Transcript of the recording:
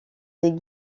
les